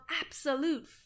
absolute